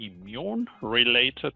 immune-related